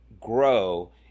grow